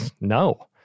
no